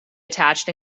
attached